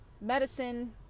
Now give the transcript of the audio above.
medicine